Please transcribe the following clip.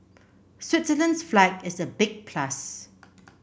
Switzerland's flag is a big plus